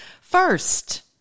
first